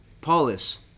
Paulus